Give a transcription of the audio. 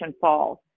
falls